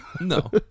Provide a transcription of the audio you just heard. No